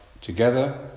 together